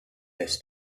this